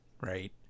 right